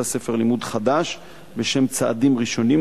יצא ספר לימוד חדש בשם "צעדים ראשונים",